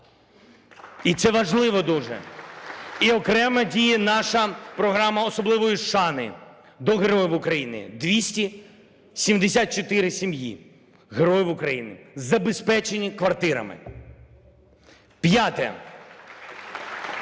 І це важливо дуже. (Оплески) І окремо діє наша програма особливої шани до героїв України, 274 сім'ї героїв України забезпечені квартирами.